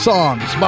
Songs